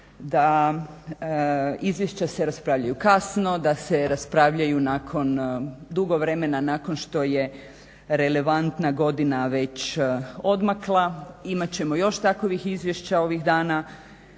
da izvješća se raspravlja kasno da se raspravljaju nakon dugo vremena nakon što je relevantna godina već odmakla. Imat ćemo još takvih izvješća ovih dana